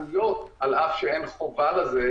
על אף שאין חובה לזה,